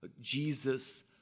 Jesus